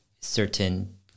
certain